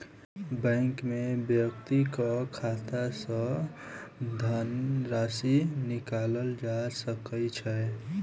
bank में व्यक्तिक खाता सॅ धनराशि निकालल जा सकै छै